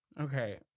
Okay